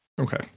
Okay